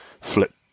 flip